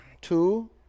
Two